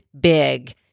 big